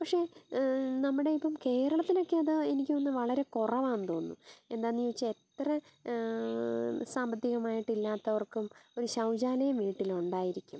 പക്ഷേ നമ്മുടെ ഇപ്പം കേരളത്തിലേക്കത് എനിക്ക് തോന്നുന്നു വളരെ കുറവാന്നു തോന്നുന്നു എന്താന്ന് ചോദിച്ചാൽ എത്ര സാമ്പത്തികമായിട്ടില്ലാത്തവർക്കും ഒരു ശൗചാലയം വീട്ടിലുണ്ടായിരിക്കും